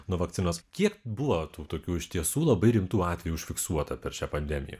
nuo vakcinos kiek buvo tų tokių iš tiesų labai rimtų atvejų užfiksuota per šią pandemiją